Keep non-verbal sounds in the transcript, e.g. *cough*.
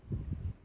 *breath*